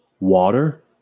Water